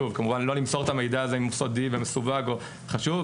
כמובן לא למסור את המידע הזה אם הוא סודי ומסווג או חשוב,